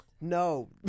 No